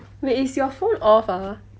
wait is your phone off ah